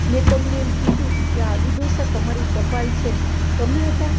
મેં તમને એમ કીધું કે આ અલી ડોસા તમારી ટપાલ છે તમે હતા